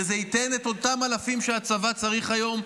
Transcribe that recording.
וזה ייתן את אותם אלפים שהצבא צריך היום.